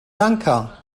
lanka